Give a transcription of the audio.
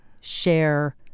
share